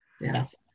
Yes